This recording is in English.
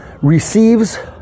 receives